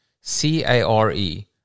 C-A-R-E